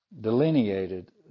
delineated